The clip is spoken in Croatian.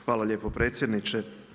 Hvala lijepo predsjedniče.